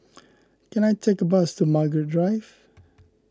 can I take a bus to Margaret Drive